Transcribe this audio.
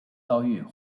遭遇